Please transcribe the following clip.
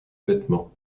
vêtements